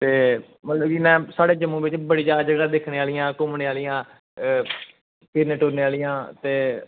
मतलब की इंया साढ़े जम्मू बिच जादै जगहा दिक्खनै आह्लियां घुम्मनै आह्लियां अ फिरनै टुरनै आह्लियां ते